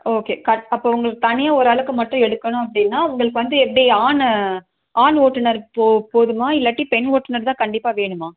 okay அப்போ உங்களுக்கு தனியாக ஒரு ஆளுக்கு மட்டும் எடுக்கணும் அப்படின்னா உங்களுக்கு வந்து எப்படி ஆணு ஆண் ஓட்டுநர் போ போதுமா இல்லாட்டி பெண் ஓட்டுநர் தான் கண்டிப்பாக வேணுமா